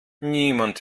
niemand